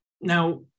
Now